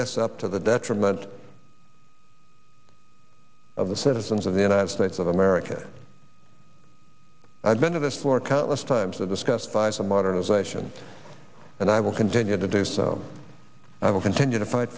this up to the detriment of the citizens of the united states of america i've been to this floor countless times and discussed by some modernization and i will continue to do so i will continue to fight